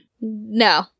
No